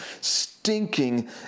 stinking